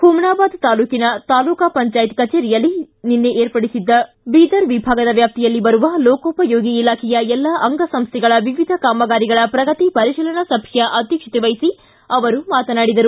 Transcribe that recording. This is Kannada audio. ಹುಮನಾಬಾದ ತಾಲೂಕಿನ ತಾಲೂಕ ಪಂಚಾಯತ್ ಕಚೇರಿ ಸಂಭಾಗಣದಲ್ಲಿ ನಿನ್ನೆ ಏರ್ಪಡಿಸಿದ್ದ ಬೀದರ ವಿಭಾಗದ ವ್ಯಾಪ್ತಿಯಲ್ಲಿ ಬರುವ ಲೋಕೋಪಯೋಗಿ ಇಲಾಖೆಯ ಎಲ್ಲಾ ಅಂಗ ಸಂಸ್ಥೆಗಳ ವಿವಿಧ ಕಾಮಗಾರಿಗಳ ಪ್ರಗತಿ ಪರಿಶೀಲನಾ ಸಭೆಯ ಅಧ್ಯಕ್ಷತೆ ವಹಿಸಿ ಅವರು ಮಾತನಾಡಿದರು